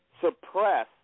suppress